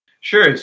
Sure